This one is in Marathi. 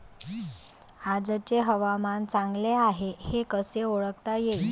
आजचे हवामान चांगले हाये हे कसे ओळखता येईन?